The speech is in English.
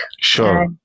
Sure